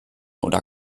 oder